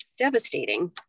devastating